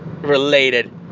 Related